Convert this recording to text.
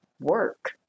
work